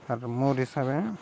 ଆରୁ ମୋର୍ ହିସାବରେ